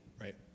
right